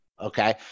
Okay